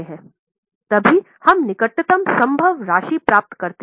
तभी हम निकटतम संभव राशि प्राप्त करते हैं